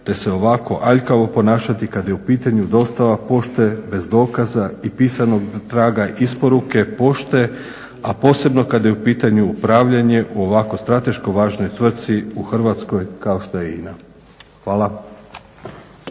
te se ovako aljkavo ponašati kad je u pitanju dostava pošte bez dokaza i pisanog traga isporuke pošte, a posebno kada je u pitanju upravljanje u ovako strateško važnoj tvrtci u Hrvatskoj kao što je INA. Hvala.